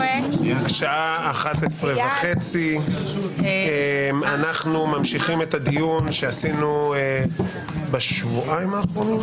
השעה 11:30. אנחנו ממשיכים את הדיון שעשינו בשבועיים האחרונים